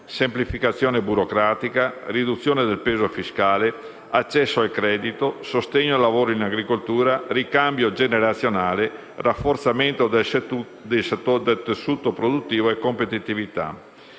semplificazione burocratica, riduzione del peso fiscale, accesso al credito, sostegno al lavoro in agricoltura, ricambio generazionale, rafforzamento del tessuto produttivo e competitività.